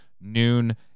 noon